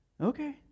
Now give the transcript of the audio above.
okay